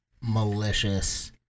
malicious